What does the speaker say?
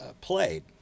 played